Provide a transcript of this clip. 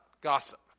gossip